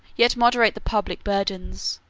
yet moderate the public burdens.